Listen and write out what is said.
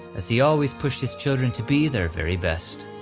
as he always pushed his children to be their very best.